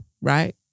Right